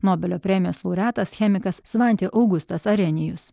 nobelio premijos laureatas chemikas svanti augustas arenijus